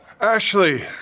Ashley